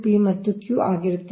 P ಮತ್ತು Q ಆಗಿರುತ್ತದೆ